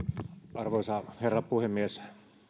arvoisa herra puhemies